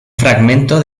fragmento